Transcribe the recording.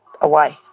away